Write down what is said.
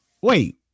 wait